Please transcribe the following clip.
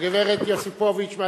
גברת יוסיפוביץ.